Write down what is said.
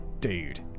Dude